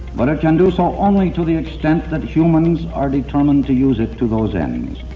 but it can do so only to the extent that humans are determined to use it to those ends.